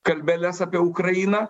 kalbeles apie ukrainą